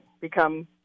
become